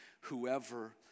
whoever